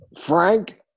Frank